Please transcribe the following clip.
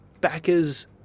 backers